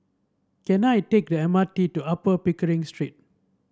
can I take the M R T to Upper Pickering Street